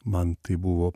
man tai buvo